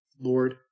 Lord